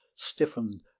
stiffened